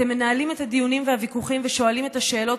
אתם מנהלים את הדיונים והוויכוחים ושואלים את השאלות,